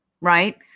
right